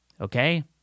Okay